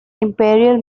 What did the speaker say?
imperial